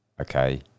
okay